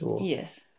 Yes